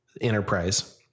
Enterprise